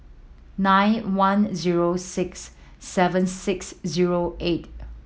nine one zero six seven six zero eight